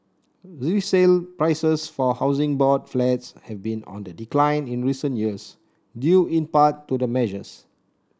resale prices for Housing Board Flats have been on the decline in recent years due in part to the measures